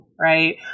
right